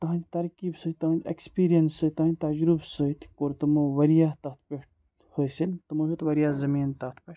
تہنٛزِ ترکیٖب سۭتۍ تہنٛدِ ایٚکٕسپیٖریَنس سۭتۍ تہنٛدِ تَجرُبہٕ سۭتۍ کوٚر تِمو واریاہ تَتھ پٮ۪ٹھ حٲصِل تِمو ہیٚوت واریاہ زٔمیٖن تَتھ پٮ۪ٹھ